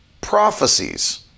prophecies